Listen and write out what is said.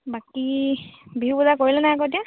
বাকী বিহু বজাৰ কৰিলে নাই আকৌ এতিয়া